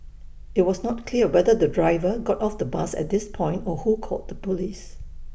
IT was not clear whether the driver got off the bus at this point or who called the Police